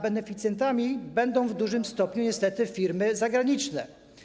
Beneficjentami będą w dużym stopniu niestety firmy zagraniczne.